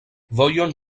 vojon